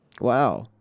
Wow